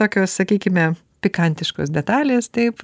tokios sakykime pikantiškos detalės taip